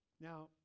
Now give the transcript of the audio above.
Now